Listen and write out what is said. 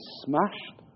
smashed